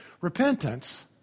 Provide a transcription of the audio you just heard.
Repentance